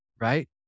Right